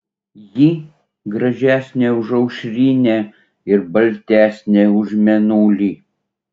ji gražesnė už aušrinę ir baltesnė už mėnulį